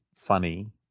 Funny